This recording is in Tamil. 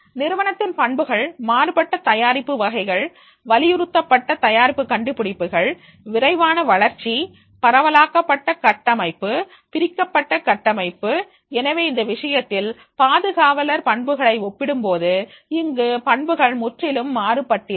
நிறுவனத்தின் பண்புகள் மாறுபட்ட தயாரிப்பு வகைகள் வலியுறுத்தப்பட்ட தயாரிப்பு கண்டுபிடிப்புகள் விரைவான வளர்ச்சி பரவலாக்கப்பட்ட கட்டமைப்பு பிரிக்கப்பட்ட கட்டமைப்பு எனவே இந்த விஷயத்தில் பாதுகாவலர் பண்புகளை ஒப்பிடும்போது இங்கு பண்புகள் முற்றிலும் மாறுபட்டிருக்கும்